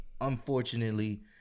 unfortunately